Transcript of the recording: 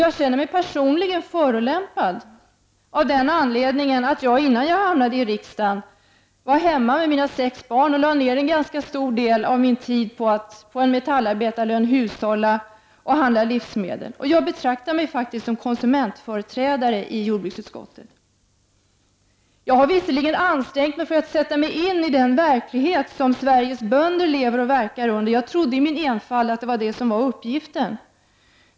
Jag känner mig personligen förolämpad av den anledningen att jag, innan jag hamnade i riksdagen, var hemma med mina sex barn och lade ner en ganska stor del av min tid på att hushålla med en metallarbetarlön och handla livsmedel. Och jag betraktar mig faktiskt som konsumentföreträdare i jordbruksutskottet. Jag har visserligen ansträngt mig för att sätta mig in i den verklighet som Sveriges bönder verkar och lever i. Jag trodde i min enfald att det var detta som var uppgiften.